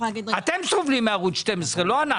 אתם סובלים מערוץ 12, לא אנחנו.